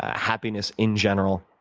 happiness in general,